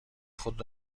خود